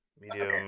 medium